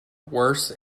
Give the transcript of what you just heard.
worse